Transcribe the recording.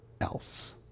else